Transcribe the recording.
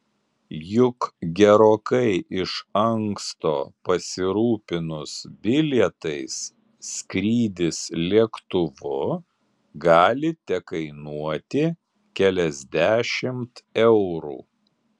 juk gerokai iš anksto pasirūpinus bilietais skrydis lėktuvu gali tekainuoti keliasdešimt eurų